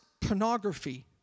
pornography